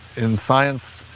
in science,